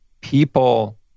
people